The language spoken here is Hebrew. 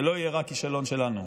זה לא יהיה רק כישלון שלנו,